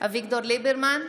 אביגדור ליברמן,